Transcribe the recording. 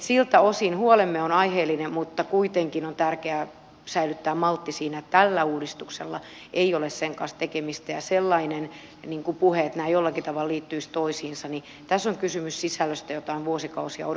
siltä osin huolemme on aiheellinen mutta kuitenkin on tärkeää säilyttää maltti siinä että tällä uudistuksella ei ole sen kanssa tekemistä ja kun on ollut sellaista puhetta että nämä jollakin tavalla liittyisivät toisiinsa niin tässä on kysymys sisällöstä jota on vuosikausia odotettu